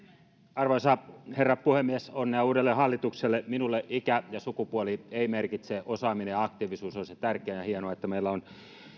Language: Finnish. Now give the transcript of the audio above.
arvoisa herra puhemies onnea uudelle hallitukselle minulle ikä ja sukupuoli eivät merkitse osaaminen ja aktiivisuus on se tärkeä asia ja hienoa että meillä on